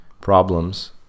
problems